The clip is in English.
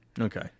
Okay